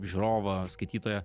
žiūrovą skaitytoją